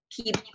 keep